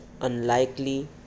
unlikely